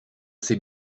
sais